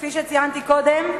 כפי שציינתי קודם,